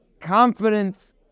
confidence